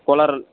ಕೋಲಾರಲ್ಲಿ